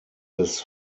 des